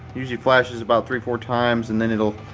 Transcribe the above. usually flashes about three, four times and then it'll,